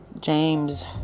james